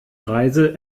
reise